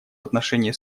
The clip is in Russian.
отношении